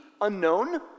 unknown